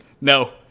No